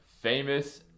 Famous